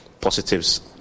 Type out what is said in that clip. positives